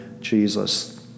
Jesus